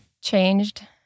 changed